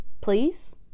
Please